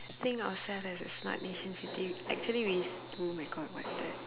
think ourselves as a smart nation city actually we oh my god what's that